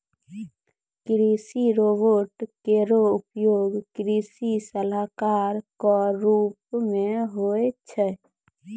कृषि रोबोट केरो उपयोग कृषि सलाहकार क रूप मे होय छै